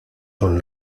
con